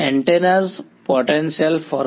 બરાબર